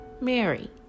Mary